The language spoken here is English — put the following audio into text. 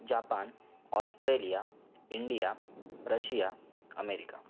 Japan Australia India Russia America